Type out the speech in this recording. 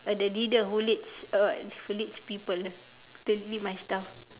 the leader who leads err who leads people to lead my staff